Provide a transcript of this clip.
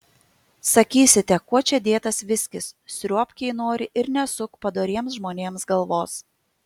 sakysite kuo čia dėtas viskis sriuobk jei nori ir nesuk padoriems žmonėms galvos